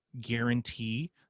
guarantee